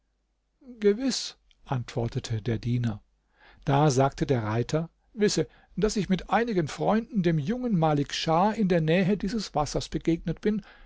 gewiß antwortete der diener da sagte der reiter wisse daß ich mit einigen freunden dem jungen malik schah in der nähe dieses wassers begegnet bin